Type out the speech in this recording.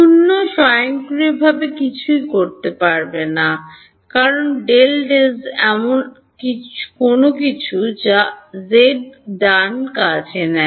0 স্বয়ংক্রিয়ভাবে কিছুই করতে হবে না কারণ ∂ ∂z এমন কোনও কিছু যা z ডান কাজ নয়